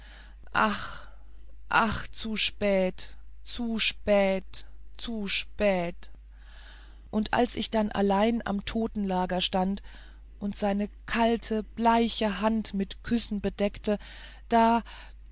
ach ach zu spät zu spät zu spät und als ich dann allein am totenlager stand und seine kalte bleiche hand mit küssen bedeckte da